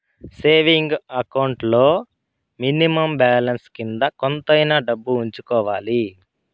saving account లో minimum balance కింద కొంతైనా డబ్బు ఉంచుకోవాలి